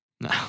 No